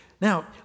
Now